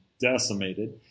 decimated